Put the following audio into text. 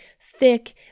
thick